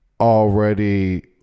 already